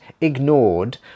ignored